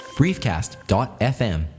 briefcast.fm